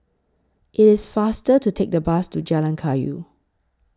IT IS faster to Take The Bus to Jalan Kayu